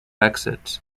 exits